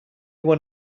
when